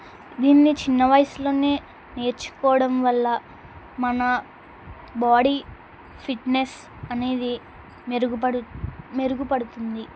దీన్ని చిన్న వయసులోనే నేర్చుకోవడం వల్ల మన బాడీ ఫిట్నెస్ అనేది మెరుగుపడు మెరుగుపడుతుంది